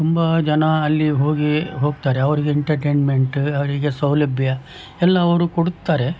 ತುಂಬ ಜನ ಅಲ್ಲಿ ಹೋಗಿ ಹೋಗ್ತಾರೆ ಅವರಿಗೆ ಎಂಟರ್ಟೈನ್ಮೆಂಟ್ ಅವರಿಗೆ ಸೌಲಭ್ಯ ಎಲ್ಲ ಅವರು ಕೊಡುತ್ತಾರೆ